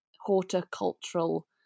horticultural